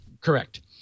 correct